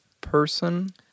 person